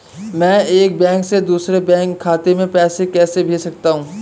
मैं एक बैंक से दूसरे बैंक खाते में पैसे कैसे भेज सकता हूँ?